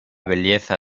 belleza